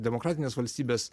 demokratinės valstybės